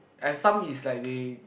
and some is like they